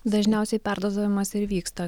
dažniausiai perdozavimas ir vyksta